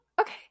okay